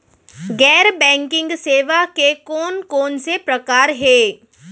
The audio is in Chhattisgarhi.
गैर बैंकिंग सेवा के कोन कोन से प्रकार हे?